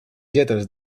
lletres